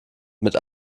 mit